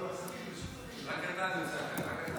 רק אתה נמצא כאן.